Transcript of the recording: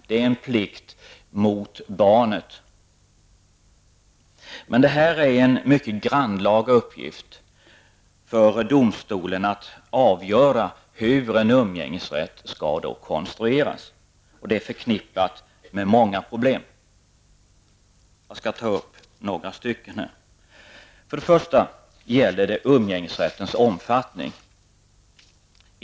Det är en plikt mot barnet. Det är en mycket grannlaga uppgift för domstolen att avgöra hur en umgängesrätt skall konstrueras, och det är förknippat med många problem. Jag skall här ta upp några av dessa problem. Det gäller för det första umgängesrättens omfattning.